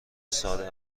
ساده